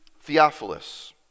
Theophilus